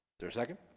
there a second?